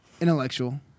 Intellectual